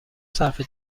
صرفه